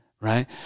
right